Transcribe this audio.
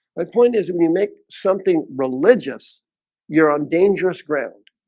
my point is when we make something religious you're on dangerous ground